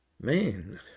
Man